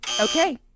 Okay